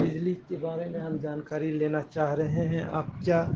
بجلی کے بارے میں ہم جانکاری لینا چاہ رہے ہیں آپ کیا